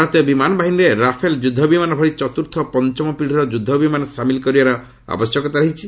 ଭାରତୀୟ ବିମାନ ବାହିନୀରେ ରାଫେଲ ଯୁଦ୍ଧବିମାନ ଭଳି ଚତ୍ରୁର୍ଥ ଓ ପଞ୍ଚମ ପୀଢ଼ିର ଯୁଦ୍ଧବିମାନ ସାମିଲ କରିବାର ଆବଶ୍ୟକତା ରହିଛି